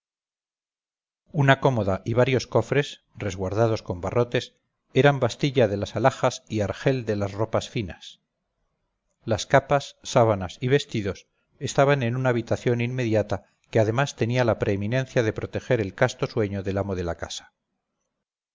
una cómoda y varios cofres resguardados con barrotes eran bastilla de las alhajas y argel de las ropas finas las capas sábanas y vestidos estaban en una habitación inmediata que además tenía la preeminencia de proteger el casto sueño del amo de la casa